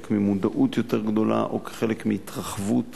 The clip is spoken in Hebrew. ממודעות יותר גדולה או כחלק מהתרחבות